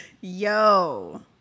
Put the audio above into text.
Yo